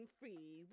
free